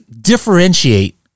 differentiate